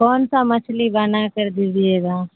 کون سا مچھلی بنا کر دیجیے گا